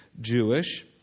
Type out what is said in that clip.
Jewish